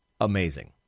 amazing